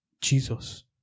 Jesus